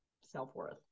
self-worth